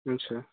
अच्छा